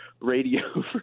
radio